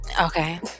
Okay